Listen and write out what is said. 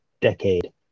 decade